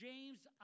James